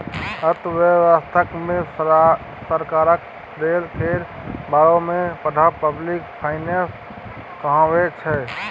अर्थव्यवस्था मे सरकारक रोल केर बारे मे पढ़ब पब्लिक फाइनेंस कहाबै छै